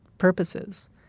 purposes